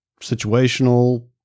situational